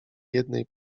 jednej